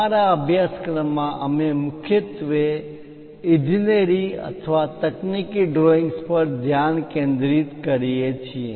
અમારા અભ્યાસક્રમમાં અમે મુખ્યત્વે ઇજનેરી અથવા તકનીકી ડ્રોઇંગ્સ પર ધ્યાન કેન્દ્રિત કરીએ છીએ